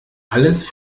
alles